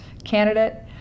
candidate